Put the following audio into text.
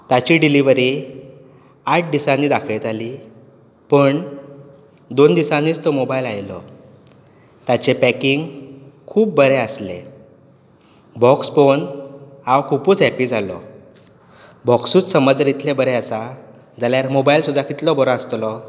ताची डिलीवरी आठ दिसांनी दाखयताली पण दोन दिसांनीच तो मोबायल आयलो ताचे पॅकिंग खूब बरें आसलें बॉक्स पळोवन हांव खुबूच हॅपी जालो बॉक्सूज समज जर इतले बरें आसा जाल्यार मोबायल सुद्दाें कितलो बरो आसतलो